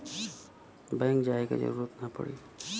bank जाये क जरूरत ना पड़ी